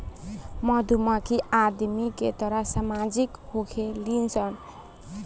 मधुमक्खी आदमी के तरह सामाजिक होखेली सन